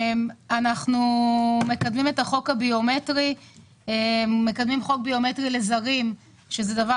אנחנו מקדמים חוק ביומטרי לזרים שזה דבר